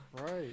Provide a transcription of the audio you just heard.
Right